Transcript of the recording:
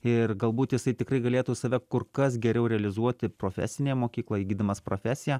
ir galbūt jisai tikrai galėtų save kur kas geriau realizuoti profesinėje mokykloj įgydamas profesiją